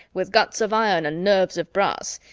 with guts of iron and nerves of brass.